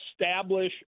establish